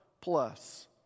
plus